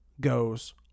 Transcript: goes